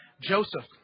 Joseph